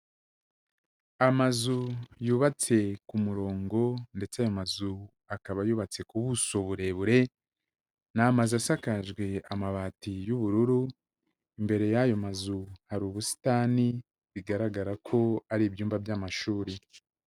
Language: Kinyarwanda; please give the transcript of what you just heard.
Amazu yubatse ku murongo, ndetse aya mazu akaba yubatse ku buso burebure; ni amazu asakajwe amabati y'ubururu, imbere y'ayo mazu hari ubusitani bigaragara ko ari ibyumba by'amashuri.